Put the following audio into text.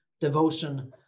devotion